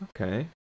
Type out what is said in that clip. Okay